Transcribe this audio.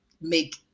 make